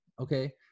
Okay